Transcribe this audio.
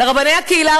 לרבני הקהילה,